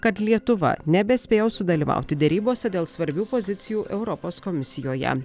kad lietuva nebespėjo sudalyvauti derybose dėl svarbių pozicijų europos komisijoje